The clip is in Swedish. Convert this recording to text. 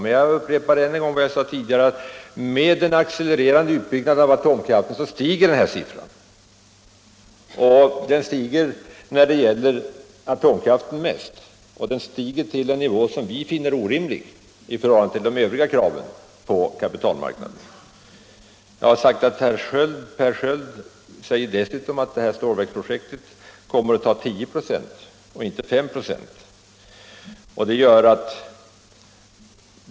Men jag upprepar än en gång att med en accelererande utbyggnad av atomkraften stiger denna andel. Det är också kostnaden för atomkraftens utbyggnad som stiger mest, upp till en nivå som vi finner orimlig i förhållande till de övriga kraven på kapitalmarknaden. Jag har dessutom sagt att Per Sköld menar att stålverksprojektet kommer att ta 1096, inte 5 26 av investeringsutrymmet.